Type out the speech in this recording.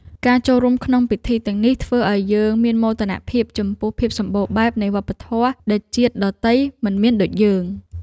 ការចូលរួមក្នុងពិធីទាំងនេះធ្វើឱ្យយើងមានមោទនភាពចំពោះភាពសម្បូរបែបនៃវប្បធម៌ដែលជាតិដទៃមិនមានដូចយើង។